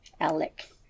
Alec